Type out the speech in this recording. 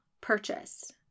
purchase